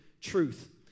truth